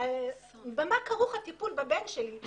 ובמה כרוך הטיפול בבן שלי.